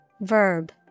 verb